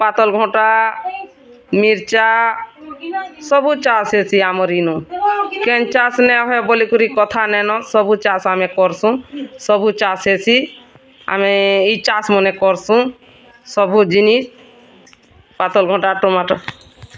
ପାତଲ୍ଘଟା ମିର୍ଚ୍ଚା ସବୁ ଚାଷ ହେସି ଆମର୍ ଇନୁ ବୋଲିକରି କଥା ନାଇନ ଆମେ ସବୁ ଚାଷ୍ ହେସି ଆମେ ଏଇ ଚାଷ୍ ମାନେ କର୍ସୁଁ ସବୁ ଜିନିଷ୍ ପାତଲଘଟା ଟମାଟର